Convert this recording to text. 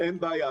אין בעיה,